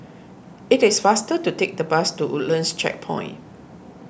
it is faster to take the bus to Woodlands Checkpoint